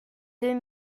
deux